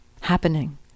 happening